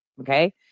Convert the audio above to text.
Okay